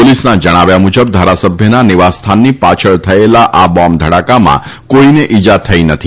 પોલીસના જણાવ્યા મુજબ ધારાસભ્યના નિવાસસ્થાનની પાછળ થયેલા આ બોંબ ધડાકામાં કોઈને ઈજા થઈ નથી